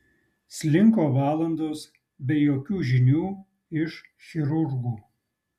slinko valandos be jokių žinių iš chirurgų